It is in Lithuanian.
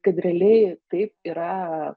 kad realiai taip yra